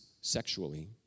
sexually